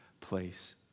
place